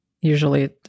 usually